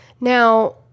Now